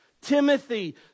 Timothy